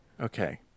Okay